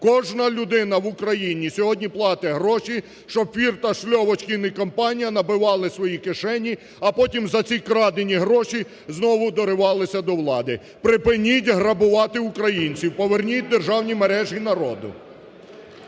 Кожна людина в Україні сьогодні платить гроші, щоб Фірташ, Льовочкін і компанія набивали свої кишені, а потім за ці крадені гроші знову доривалися до влади. Припиніть грабувати українців! Поверніть державні мережі народу!